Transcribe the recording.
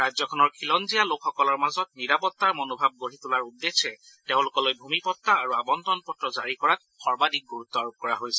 ৰাজ্যখনৰ খিলঞ্জীয়া লোকসকলৰ মাজত নিৰাপত্তাৰ মনোভাৱ গঢ়ি তোলাৰ উদ্দেশ্যে তেওঁলোকলৈ ভূমিপটা আৰু আৱণ্টন পত্ৰ জাৰি কৰাত সৰ্বাধিক গুৰুত্ব আৰোপ কৰা হৈছে